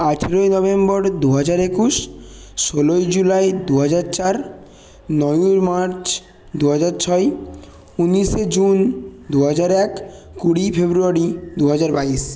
আঠেরোই নভেম্বর দু হাজার একুশ ষোলোই জুলাই দু হাজার চার নয়ই মার্চ দু হাজার ছই উনিশে জুন দু হাজার এক কুড়িই ফেব্রুয়ারি দু হাজার বাইশ